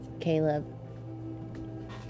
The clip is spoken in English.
Caleb